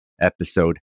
Episode